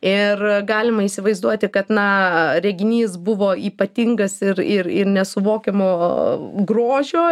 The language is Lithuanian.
ir galima įsivaizduoti kad na reginys buvo ypatingas ir ir ir nesuvokiamo grožio